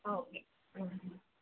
ആ ഓക്കെ മ്മ്